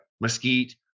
mesquite